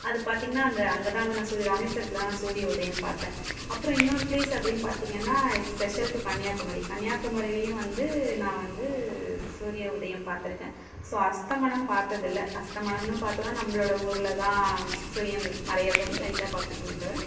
அது பார்த்திங்கனா அந்த அங்கே தான் வந்து நான் சூரி ராமேஸ்வரத்தில் தான் நான் சூரிய உதயம் பார்த்தேன் அப்புறம் இன்னொரு ப்லேஸ் அப்படின் பார்த்திங்கன்னா ஸ்பெஷல் டூ கன்னியாகுமரி கன்னியாகுமரிலேயும் வந்து நான் வந்து சூரிய உதயம் பார்த்துருக்கேன் ஸோ அஸ்தமனம் பார்த்ததில்ல அஸ்தமனம்னு பார்த்தோன்னா நம்பளோட ஊரில் தான் சூரியன் மறையறது வந்து லைட்டாக பார்த்துருக்கோமே தவிர